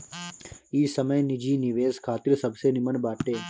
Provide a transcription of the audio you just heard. इ समय निजी निवेश खातिर सबसे निमन बाटे